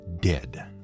dead